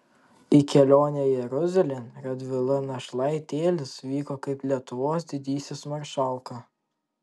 į kelionę jeruzalėn radvila našlaitėlis vyko kaip lietuvos didysis maršalka